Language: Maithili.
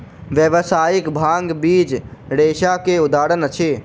व्यावसायिक भांग बीज रेशा के उदाहरण अछि